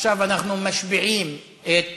עכשיו אנחנו משביעים את